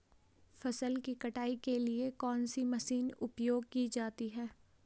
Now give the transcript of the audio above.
फसल की कटाई के लिए कौन सी मशीन उपयोग की जाती है?